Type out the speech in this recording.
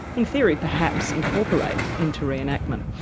in theory perhaps, incorporate into re-enactment.